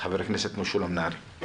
חבר הכנסת משולם נהרי.